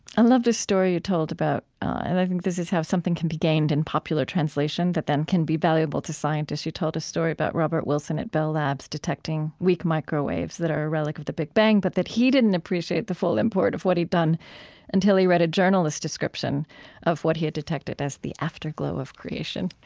i love this story you told about and i think this is how some thing can be gained in popular translation that then can be valuable to scientists. you told a story about robert wilson at bell labs detecting weak microwaves that are a relic of the big bang. but that he didn't appreciate the full import of what he'd done until he read a journalist's description of what he had detected as the afterglow of creation.